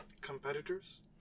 competitors